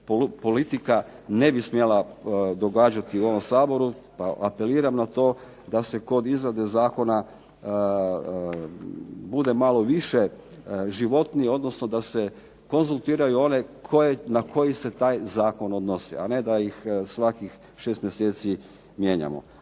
politika, ne bi smjela događati u ovom Saboru, pa apeliram na to da se kod izrade zakona bude malo više životniji, odnosno da se konzultiraju one na koje se taj Zakon odnosi a ne da ih svakih 6 mjeseci mijenjamo.